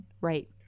Right